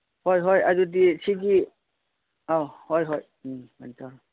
ꯍꯣꯏ ꯍꯣꯏ ꯑꯗꯨꯗꯤ ꯁꯤꯒꯤ ꯑꯧ ꯍꯣꯏ ꯍꯣꯏ ꯎꯝ